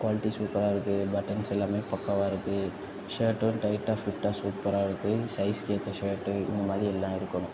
quality சூப்பராக இருக்கு buttons எல்லாமே பக்காவாக இருக்கு ஷர்ட்டும் டைட்டாக ஃபிட்டாக சூப்பராக இருக்கு சைஸ்கேற்ற ஷர்ட்டு இது மாரி எல்லாம் இருக்கணும்